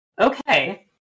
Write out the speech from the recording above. Okay